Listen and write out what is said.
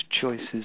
choices